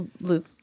Luke